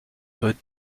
her